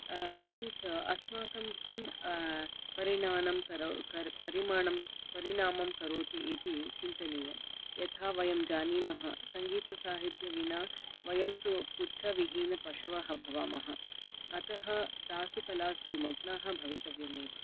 अपि च अस्माकं किं परिणानं करो कर् परिमाणं परिणामं करोति इति चिन्तनीयं यथा वयं जानीमः सङ्गीतसाहित्यं विना वयं तु पुच्छविहीनपशवः भवामः अतः तासु कलासु मग्नाः भवितव्यमेव